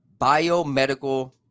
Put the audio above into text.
biomedical